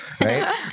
right